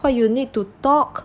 what you need to talk